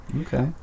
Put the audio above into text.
Okay